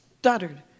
stuttered